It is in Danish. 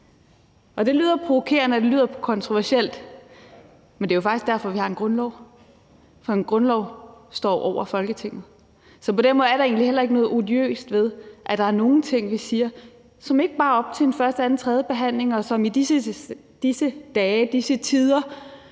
Det lyder provokerende, og det lyder kontroversielt, men det er jo faktisk derfor, vi har en grundlov, for grundloven står over Folketinget. Så på den måde er der egentlig heller ikke noget odiøst ved, at der er nogle ting, som vi siger ikke bare er op til en første-, anden- eller tredjebehandling, som i disse dage og disse